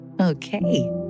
Okay